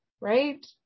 Right